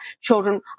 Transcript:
children